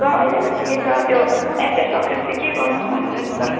sir अहिले त ठिकै छ त्यो एचएस सकेर चाहिँ के गरौँ भनेर नि सर